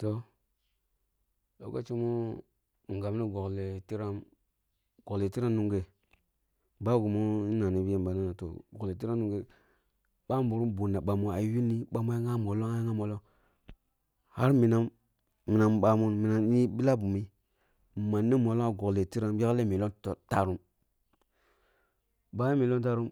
Toh, lokaci mi gamni gokleh tiram, gokleh tiram nunghe babirim bunna bami ya yuni bami ya gha mollong ya gha mollong har minam, minam ni baman minam ni buah bumi nmanni mollong ah gokleh tiram yakleh million, toh tarum bagan million tarum,